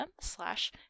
slash